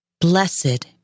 Blessed